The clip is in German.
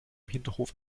hinterhof